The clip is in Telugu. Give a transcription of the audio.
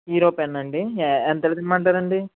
హీరో పెన్నాండి ఎ ఎంతదిమ్మంటారండి